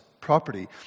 property